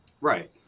Right